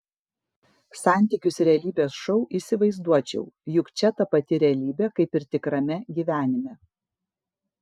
santykius realybės šou įsivaizduočiau juk čia ta pati realybė kaip ir tikrame gyvenime